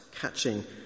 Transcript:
catching